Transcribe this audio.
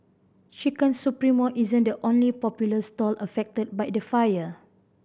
Chicken Supremo isn't the only popular stall affected by the fire